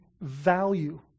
value